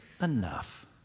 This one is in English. enough